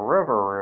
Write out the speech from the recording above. River